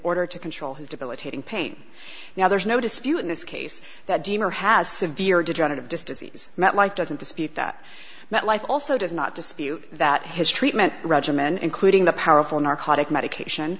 order to control his debilitating pain now there's no dispute in this case that dreamer has severe degenerative disc disease metlife doesn't dispute that metlife also does not dispute that his treatment regimen including the powerful narcotic medication